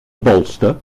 bolster